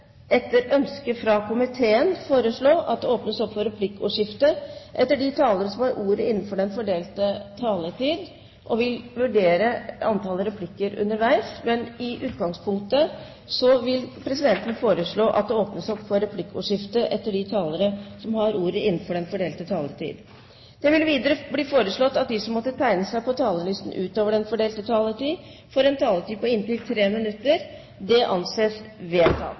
Etter ønske fra næringskomiteen vil presidenten videre foreslå at det åpnes for replikkordskifte etter de talere som har ordet innenfor den fordelte taletid. Presidenten vil vurdere antall replikker underveis, men i utgangspunktet vil presidenten foreslå at det åpnes opp for replikkordskifte etter de talere som har ordet innenfor den fordelte taletid. Videre blir det foreslått at de som måtte tegne seg på talerlisten utover den fordelte taletid, får en taletid på inntil 3 minutter. – Det anses vedtatt.